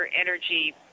energy